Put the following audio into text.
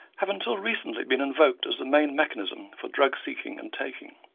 have until recently been invoked as the main mechanism for drug seeking and taking.